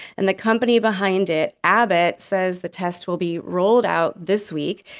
and the company behind it, abbott, says the test will be rolled out this week.